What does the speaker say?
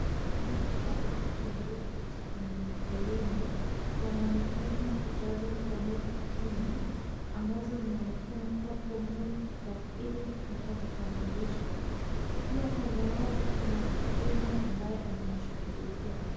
Wanaume watatu walioketi kwenye foleni, wanaonekana kujaza fomu kwa kina ambazo zinaonekana kuwa fomu ili kupata vitambulisho, pia kando yao kuna mhudumu ambaye anawashughulikia.